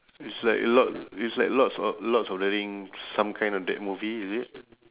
it's like lord it's like lords o~ lords of the ring some kind of that movie is it